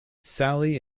sally